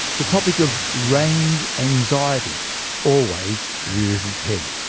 the topic of range anxiety always rears its head.